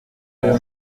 uyu